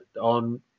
on